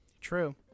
True